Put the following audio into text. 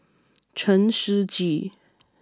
Chen Shiji